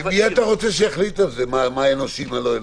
מי אתה רוצה שיחליט על זה, מה אנושי ומה לא?